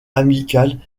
amicale